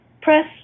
press